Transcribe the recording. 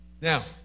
now